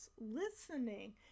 listening